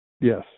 yes